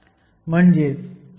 म्हणजेच 0